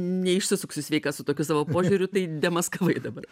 neišsisuksiu sveika su tokiu savo požiūriu tai demaskavimai dabar